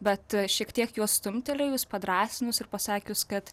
bet šiek tiek juos stumtelėjus padrąsinus ir pasakius kad